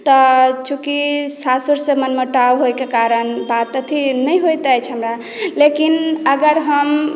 तऽ चूँकि सासुरसँ मनमुटाब होयक कारण बात ओतै नहि होयत अछि हमरा लेकिन अगर हम